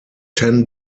ten